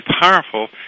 powerful